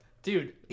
Dude